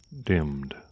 dimmed